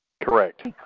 Correct